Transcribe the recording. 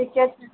ठीक छै